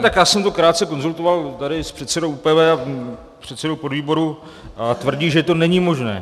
No ne, tak já jsem to krátce konzultoval tady s předsedou ÚPV a předsedou podvýboru a tvrdí, že to není možné.